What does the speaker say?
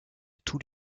tous